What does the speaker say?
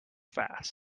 fast